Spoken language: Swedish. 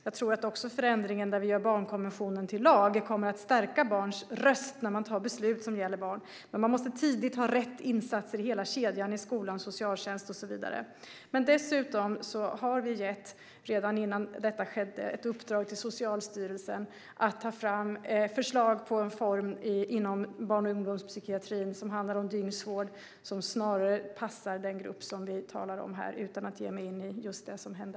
Jag tror att förändringen där vi gör barnkonventionen till lag kommer att stärka barns röst när man fattar beslut som gäller barn. Men man måste tidigt ha rätt insatser i hela kedjan i skolan, socialtjänst och så vidare. Dessutom har vi redan innan detta skedde gett ett uppdrag till Socialstyrelsen att ta fram förslag på en form inom barn och ungdomspsykiatrin som handlar om dygnsvård som snarare passar den grupp som vi talar om här, utan att ge mig in i just det som hände.